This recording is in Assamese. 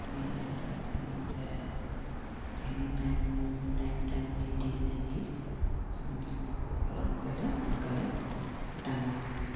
টাইমমতে গোটেইখিনি টাইম টাইম টাইমলি দি পিনে নি পোহপালন কৰিলে সোনকালে ডাঙৰ হয়